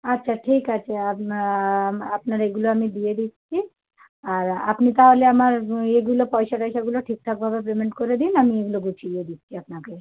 আচ্ছা ঠিক আছে আপনার আপনার এগুলো আমি দিয়ে দিচ্ছি আর আপনি তাহলে আমার ইয়েগুলো পয়সা টয়সাগুলো ঠিকঠাকভাবে পেমেন্ট করে দিন আমি এগুলো গুছিয়ে দিচ্ছি আপনাকে